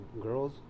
girls